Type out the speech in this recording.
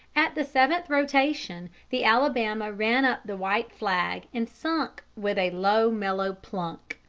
at the seventh rotation the alabama ran up the white flag and sunk with a low mellow plunk.